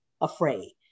afraid